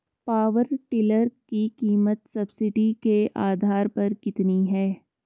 Power tiller की कीमत subsidy के आधार पर कितनी है?